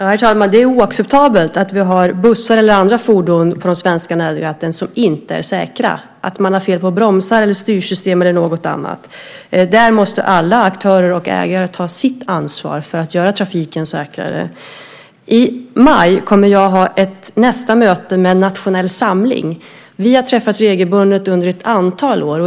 Herr talman! Det är oacceptabelt att vi har bussar eller andra fordon på de svenska vägnäten som inte är säkra, att man har fel på bromsar, styrsystem eller något annat. Där måste alla aktörer och ägare ta sitt ansvar för att göra trafiken säkrare. I maj kommer jag att ha nästa möte med Nationell samling. Vi har träffats regelbundet under ett antal år.